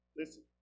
listen